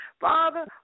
Father